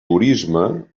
turisme